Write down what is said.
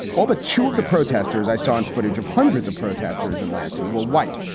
all but two of the protesters i saw on footage of hundreds of protesters in lansing were white.